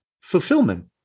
fulfillment